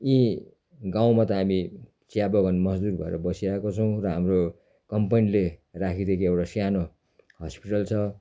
यी गाउँमा त हामी चियाबगान मजदुर भएर बसि आएको छौँ र हाम्रो कम्पनीले राखिदिएको एउटा सानो हस्पिटल छ